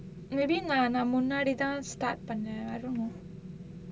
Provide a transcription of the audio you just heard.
maybe நா நா முன்னாடி தான்:naa naa munnaadi thaan start பண்னேன்:pannaen I don't know